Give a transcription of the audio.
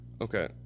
Okay